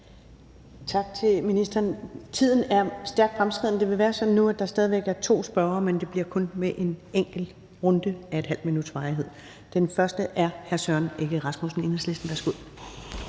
Tak til ministeren. Tiden er stærkt fremskreden, og det vil nu være sådan, at der stadig væk er to spørgere, men at det kun bliver med en enkelt runde af ½ minuts varighed. Den første er hr. Søren Egge Rasmussen, Enhedslisten. Værsgo.